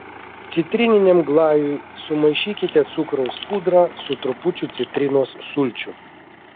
citrininiam glajui sumaišykite cukraus pudrą su trupučiu citrinos sulčių